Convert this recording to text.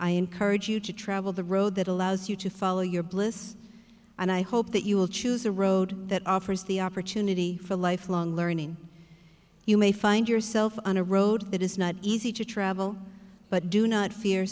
i encourage you to travel the road that allows you to follow your bliss and i hope that you will choose a road that offers the opportunity for lifelong learning you may find yourself on a road that is not easy to travel but do not fear